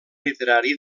literari